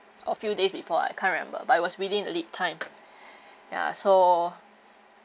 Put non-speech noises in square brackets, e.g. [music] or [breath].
a few days before I can't remember but it was within a lead time [breath] ya so